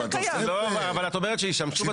לא אבל את אומרת שישתמשו בתוספת.